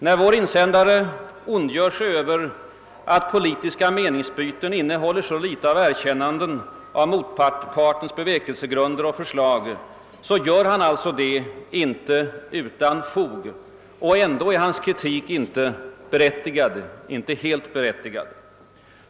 När vår insändare ondgör sig över att politiska meningsbyten innehåller så litet av erkännanden av motpartens bevekelsegrunder och förslag, gör han det alltså inte utan fog. Och ändå är hans kritik inte helt berättigad.